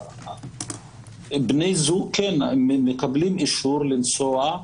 בני זוג מקבלים אישור לנסוע.